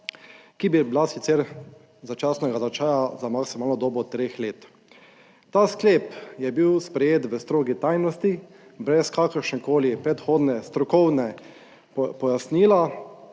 ki bi bila sicer začasnega značaja za maksimalno dobo treh let. Ta sklep je bil sprejet v strogi tajnosti, brez kakršnekoli predhodne strokovna pojasnila